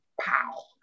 pow